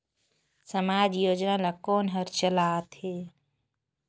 समाजिक योजना ला कोन हर चलाथ हे?